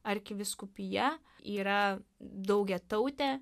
arkivyskupija yra daugiatautė